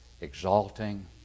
exalting